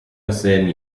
desselben